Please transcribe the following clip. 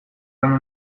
baino